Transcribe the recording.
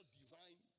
divine